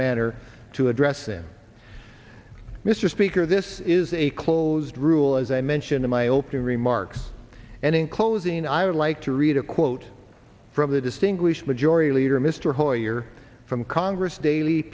manner to address them mr speaker this is a closed rule as i mentioned in my opening remarks and in closing i would like to read a quote from the distinguished majority leader mr hoyer from congress da